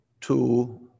two